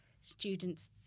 students